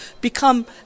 become